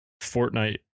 Fortnite